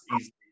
easily